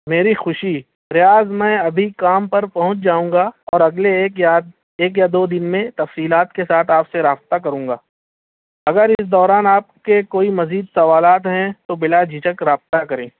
میری خوشی ریاض میں ابھی کام پر پہنچ جاؤں گا اور اگلے ایک یا ایک دو دن میں تفصیلات کے ساتھ آپ سے رابطہ کروں گا اگر اس دوران آپ کے کوئی مزید سوالات ہیں تو بلا جھجھک رابطہ کریں